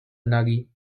energie